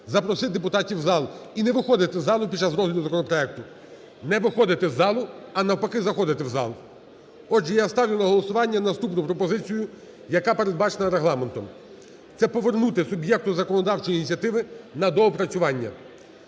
запросити депутатів в зал. І не виходити з залу під час розгляду законопроекту. Не виходити з залу, а навпаки, заходити в зал. Отже, я ставлю на голосування наступну пропозицію, яка передбачена Регламентом. Це повернути суб'єкту законодавчої ініціативи на доопрацювання.